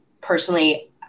Personally